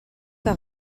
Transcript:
que